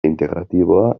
integratiboa